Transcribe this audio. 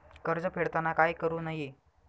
कर्ज फेडताना काय करु नये?